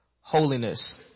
holiness